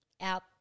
Out